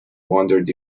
wondered